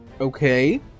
okay